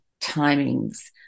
timings